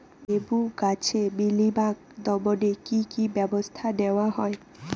লেবু গাছে মিলিবাগ দমনে কী কী ব্যবস্থা নেওয়া হয়?